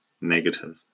negative